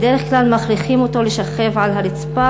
ובדרך כלל מכריחים אותו להישכב על הרצפה.